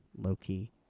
low-key